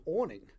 awning